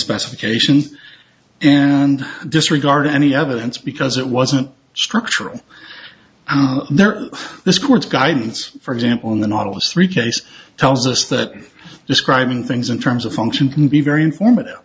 specifications and disregard any evidence because it wasn't structural there this court's guidance for example in the nautilus three case tells us that describing things in terms of function can be very informative